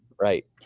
Right